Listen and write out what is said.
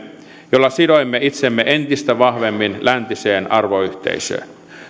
jolla sidoimme itsemme entistä vahvemmin läntiseen arvoyhteisöön